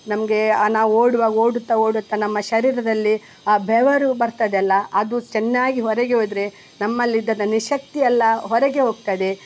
ನಮ್ಗೆ ನಾವು ಓಡುವಾಗ ಓಡುತ್ತಾ ಓಡುತ್ತಾ ನಮ್ಮ ಶರೀರದಲ್ಲಿ ಆ ಬೆವರು ಬರ್ತದೆ ಅಲ್ವ ಅದು ಸ್ ಚೆನ್ನಾಗಿ ಹೊರಗೆ ಹೋದರೆ ನಮ್ಮಲ್ಲಿದ್ದ ನಿಶ್ಶಕ್ತಿ ಎಲ್ಲ ಹೊರಗೆ ಹೋಗ್ತದೆ